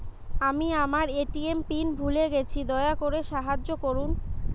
আমি আমার ATM pin ভুলে গেছি, দয়া করে সাহায্য করুন